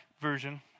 version